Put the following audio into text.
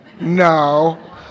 No